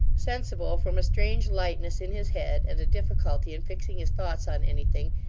sensible, from a strange lightness in his head, and a difficulty in fixing his thoughts on anything,